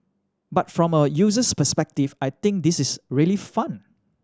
but from a user's perspective I think this is really fun